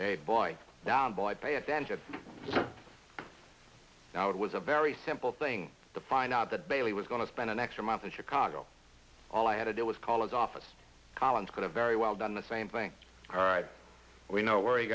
a boy down by pay attention now it was a very simple thing to find out that bailey was going to spend an extra month in chicago all i had to do was call it office call and could have very well done the same thing all right we know where he